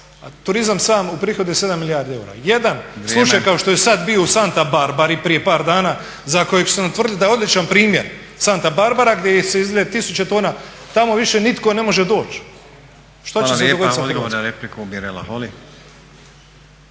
eura. …/Upadica Stazić: Vrijeme./… Jedan slučaj kao što je sad bio u Santa Barbari prije par dana za kojeg su nam tvrdili da je određen primjer Santa Barbara gdje su se izlile tisuće tona. Tamo više nitko ne može doći. Šta će se dogoditi …/Govornik